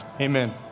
amen